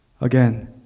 Again